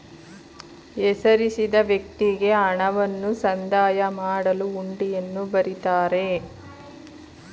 ಹೆಸರಿಸಿದ ವ್ಯಕ್ತಿಗೆ ಹಣವನ್ನು ಸಂದಾಯ ಮಾಡಲು ಹುಂಡಿಯನ್ನು ಬರಿತಾರೆ